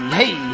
hey